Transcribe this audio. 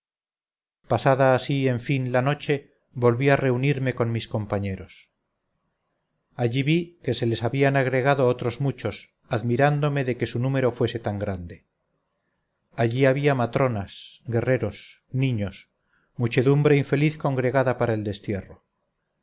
pasada así en fin la noche volví a reunirme con mis compañeros allí vi que se les habían agregado otros muchos admirándome de que su número fuese tan grande allí había matronas guerreros niños muchedumbre infeliz congregada para el destierro